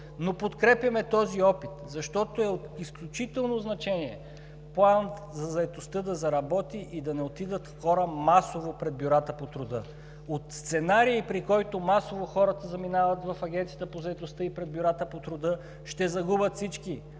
но подкрепяме този опит, защото е от изключително значение план за заетостта да заработи и да не отидат хора масово пред бюрата по труда. От сценарий, при който масово хората заминават в Агенцията по заетостта и пред бюрата по труда, ще загубят всички.